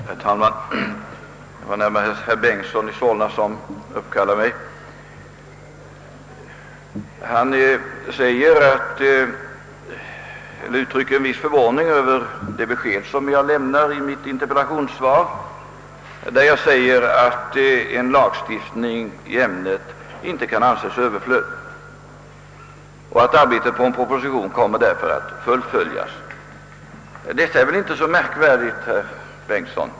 Herr talman! Det var närmast herr Bengtson i Solna som uppkallade mig. Han uttryckte en viss förvåning över det besked jag lämnar i mitt interpellationssvar, där jag säger att en lagstiftning i ämnet inte kan anses överflödig och att arbetet på en proposition därför kommer att fullföljas. Detta är väl inte så märkvärdigt, herr Bengtson.